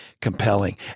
compelling